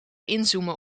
inzoomen